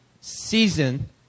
season